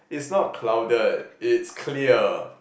is not clouded it is clear